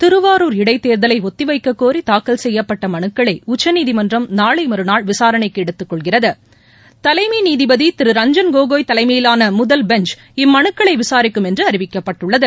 திருவாரூர் இடைத்தேர்தலை ஒத்திவைக்கக் கோரி தாக்கல் செய்யப்பட்ட மனுக்களை உச்சநீதிமன்றம் நாளை மறுநாள் விசாரணைக்கு எடுத்துக் கொள்கிறது தலைமை நீதிபதி திரு ரஞ்சன் கோகோய் தலைமையிலான முதல் பெஞ்ச் இம்மனுக்களை விசாரிக்கும் என்று அறிவிக்கப்பட்டுள்ளது